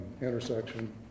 intersection